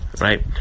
right